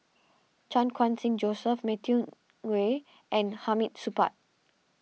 Chan Khun Sing Joseph Matthew Ngui and Hamid Supaat